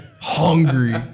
hungry